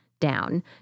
down